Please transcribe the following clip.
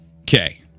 Okay